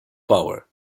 power